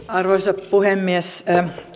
arvoisa puhemies